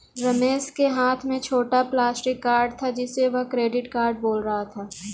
रमेश के हाथ में छोटा प्लास्टिक कार्ड था जिसे वह क्रेडिट कार्ड बोल रहा था